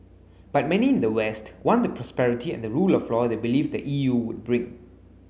but many in the west want the prosperity and the rule of law they believe the E U would bring